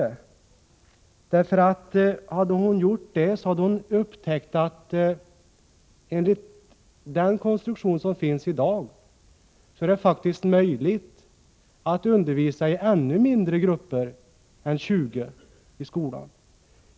Om hon hade gjort det kanske hon hade upptäckt att det enligt den konstruktion som finns i dag faktiskt är möjligt att undervisa i ännu mindre grupper än 20 i skolan.